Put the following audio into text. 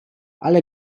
ale